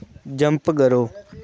jump करो